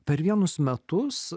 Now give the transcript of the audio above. per vienus metus